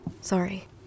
Sorry